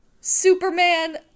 superman